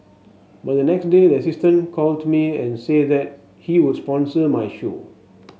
but the next day the assistant called me and said that he would sponsor my show